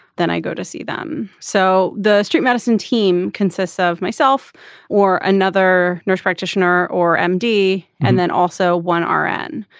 then i go to see them. so the street medicine team consists of myself or another nurse practitioner or m d. and then also one r n.